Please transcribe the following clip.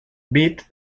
bit